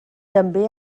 també